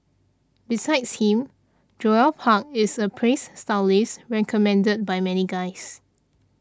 besides him Joel Park is a praised stylist recommended by many guys